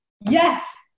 Yes